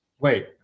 Wait